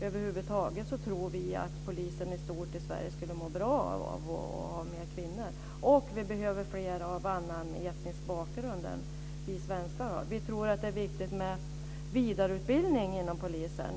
Över huvud taget tror vi att polisen i stort i Sverige skulle må bra av att anställa fler kvinnor. Vi behöver fler av annan etnisk bakgrund än vi svenskar har. Vi tror att det är viktigt med vidareutbildning inom polisen.